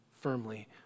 firmly